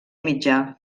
mitjà